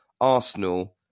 Arsenal